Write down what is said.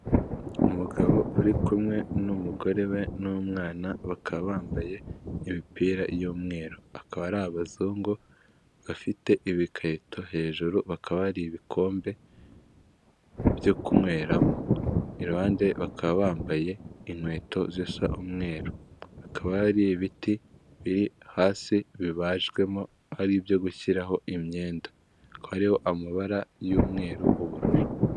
Umugabo uri kumwe n'umugore we n'umwana bakaba bambaye imipira y'umweru, akaba ari abazungu bafite ibikarito hejuru, hakaba hari ibikombe byo kunyweramo, iruhande bakaba bambaye inkweto zisa umweru, akaba hari ibiti biri hasi bibajwemo ari ibyo gushyiraho imyenda hakaba hariho amabara y'umweru n'ubururu.